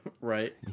Right